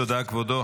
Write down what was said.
תודה, כבודו.